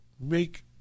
make